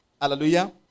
Hallelujah